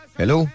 hello